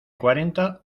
cuarenta